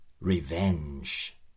Revenge